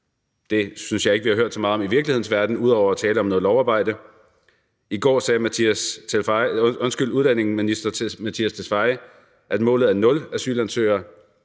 Det synes jeg ikke at vi har hørt så meget om i virkelighedens verden, ud over at der bliver talt om noget lovarbejde. I går sagde udlændinge- og integrationsministeren, at målet er nul asylansøgere.